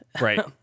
Right